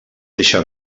deixa